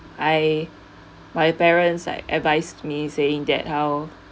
I my parents are advised me saying that how